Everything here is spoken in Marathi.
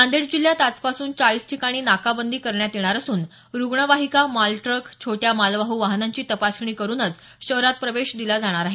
नांदेड जिल्ह्यात आजपासून चाळीस ठिकाणी नाकाबंदी करण्यात येणार असून रुग्णवाहिका मालट्रक छोट्या मालवाहू वाहनांची तपासणी करूनच शहरात प्रवेश दिला जाणार आहे